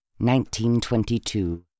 1922